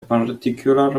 particular